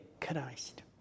Christ